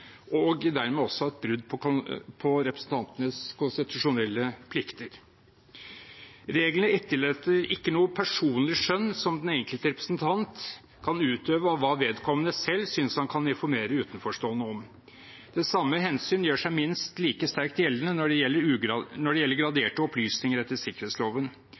og dermed også et brudd på representantenes konstitusjonelle plikter. Reglene etterlater ikke noe personlig skjønn som den enkelte representant kan utøve om hva vedkommende selv synes man kan informere utenforstående om. Det samme hensyn gjør seg minst like sterkt gjeldende når det gjelder graderte opplysninger etter sikkerhetsloven. Det